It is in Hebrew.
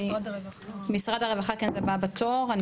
משרד הרווחה הבאה בתור,